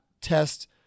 test